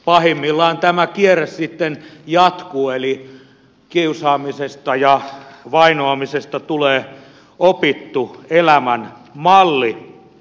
pahimmillaan tämä kierre sitten jatkuu eli kiusaamisesta ja vainoamisesta tulee opittu elämän malli